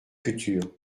futures